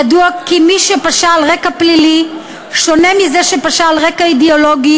ידוע כי מי שפשע על רקע פלילי שונה מזה שפשע על רקע אידיאולוגי